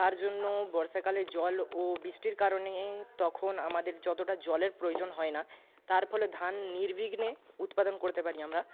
তার জন্য বর্ষাকালে জল ও বৃষ্টির কারণে তখন আমাদের যতটা জলের প্রয়োজন হয় না তার ফলে ধান নির্বিঘ্নে উৎপাদন করতে পারি আমরা